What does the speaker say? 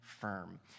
firm